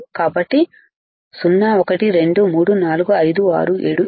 కాబట్టి 0 1 2 3 4 5 6 7 8